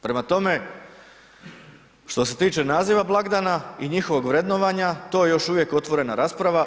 Prema tome, što se tiče naziva blagdana i njihovog vrednovanja, to je još uvijek otvorena rasprava.